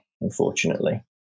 unfortunately